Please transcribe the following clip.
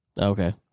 Okay